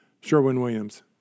Sherwin-Williams